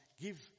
Give